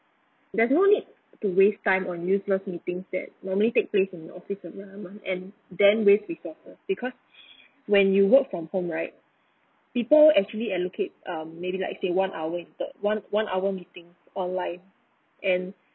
there's no need to waste time on useless meetings that normally take place in office environment and then waste resources because when you work from home right people actually allocate um maybe like say one hour one one hour meeting online and